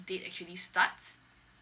date actually starts